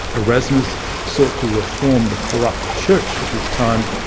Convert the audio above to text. erasmus sought to reform the corrupt church of his time,